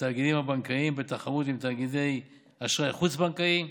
לתאגידים הבנקאיים בתחרות עם תאגידי אשראי חוץ-בנקאי,